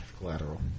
Collateral